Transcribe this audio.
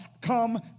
come